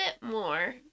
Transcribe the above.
more